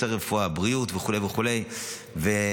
רישוי ברפואה, בריאות, וכו' וכו'.